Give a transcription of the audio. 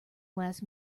last